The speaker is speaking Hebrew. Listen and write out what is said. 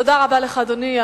תודה רבה, אדוני.